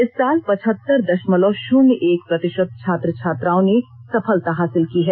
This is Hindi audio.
इस साल पचहत्तर दषमलव शुन्य एक प्रतिशत छात्र छात्राओं ने सफलता हासिल की है